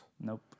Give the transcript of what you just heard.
Nope